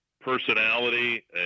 personality